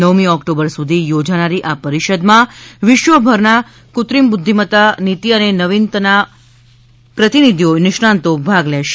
નવમી ઓક્ટોબર સુધી યોજાનારી આ પરિષદમાં વિશ્વભરમાં કૃત્રિમ બુઘ્ઘિમતા નીતિ અને નવીનતાના પ્રતિનિધિઓ નિષ્ણાંતો ભાગ લેશે